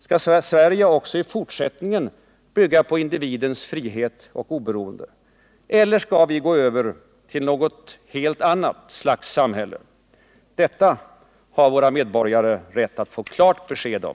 Skall Sverige även i fortsättningen bygga på individens frihet och oberoende? Eller skall vi gå över till något helt annat slags samhälle? Detta har våra medborgare rätt att få klart besked om.